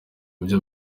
byo